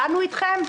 דנו איתכם?